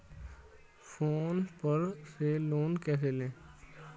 Phone पर से loan कैसे लें?